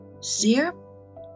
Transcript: Syrup